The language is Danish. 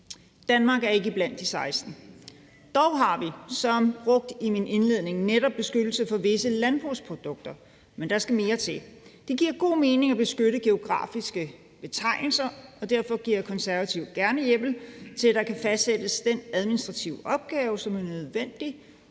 Danmark er ikke blandt de 16 stater. Dog har vi, som jeg brugte i min indledning, netop beskyttelse i forhold til visse landbrugsprodukter, men der skal mere til. Det giver god mening at beskytte geografiske betegnelser, og derfor giver Konservative gerne hjemmel til, at der kan fastsættes den administrative opgave, som er nødvendig